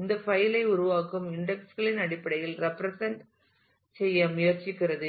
இந்த பைல் ஐ உருவாக்கும் இன்டெக்ஸ் களின் அடிப்படையில் represent ரேப்பிரசன்ட் செய்ய முயற்சிக்கிறது